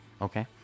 Okay